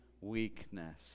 weakness